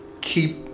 keep